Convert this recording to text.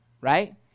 right